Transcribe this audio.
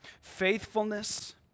faithfulness